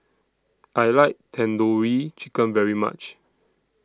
I like Tandoori Chicken very much